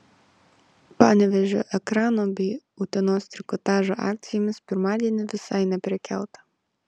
panevėžio ekrano bei utenos trikotažo akcijomis pirmadienį visai neprekiauta